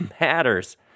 matters